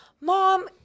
mom